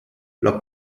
los